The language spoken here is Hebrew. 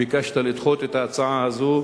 ביקשת לדחות את ההצעה הזו,